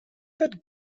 that